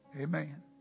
Amen